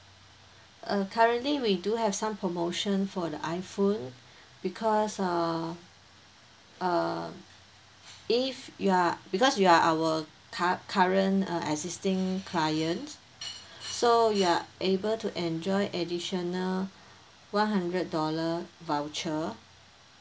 uh currently we do have some promotion for the iphone because err err if you are because you are our cur~ current uh existing client so you are able to enjoy additional one hundred dollar voucher